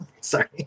sorry